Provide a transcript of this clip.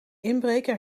inbreker